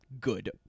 good